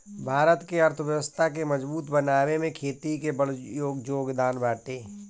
भारत के अर्थव्यवस्था के मजबूत बनावे में खेती के बड़ जोगदान बाटे